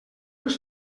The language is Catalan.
ens